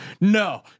No